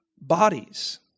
bodies